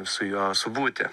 su juo subūti